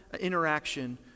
interaction